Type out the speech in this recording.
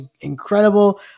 incredible